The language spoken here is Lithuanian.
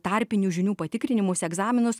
tarpinių žinių patikrinimus egzaminus